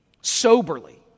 soberly